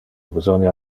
besonia